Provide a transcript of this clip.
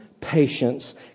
Patience